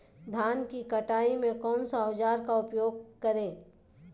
धान की कटाई में कौन सा औजार का उपयोग करे?